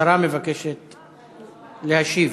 השרה מבקשת להשיב.